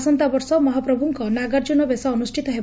ଆସନ୍ତାବର୍ଷ ମହାପ୍ରଭୁଙ୍କ ନାଗାର୍ଜୁନ ବେଶ ଅନୁଷିତ ହେବ